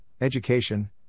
education